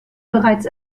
bereits